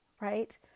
right